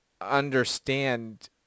understand